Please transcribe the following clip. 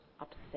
upset